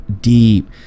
deep